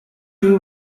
two